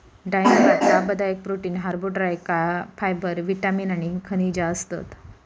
डाळिंबात लाभदायक protein, carbohydrate, fibre, vitamin आणि खनिजा असतत